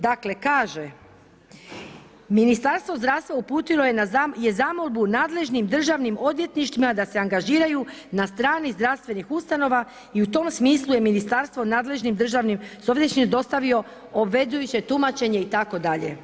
Dakle kaže, Ministarstvo zdravstva uputilo je zamolbu nadležnim državnim odvjetništvima da se angažiraju na strani zdravstvenih ustanova i u tom smislu je Ministarstvom nadležnim državnim ... dostavio obvezujuće tumačenje itd.